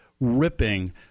ripping